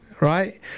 Right